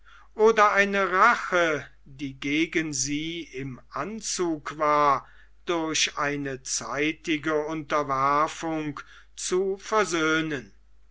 oder eine rache die gegen sie im anzuge war durch eine zeitige unterwerfung zu versöhnen